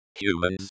Humans